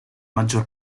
maggior